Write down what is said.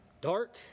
dark